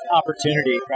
opportunity